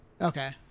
Okay